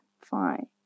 fine